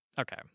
okay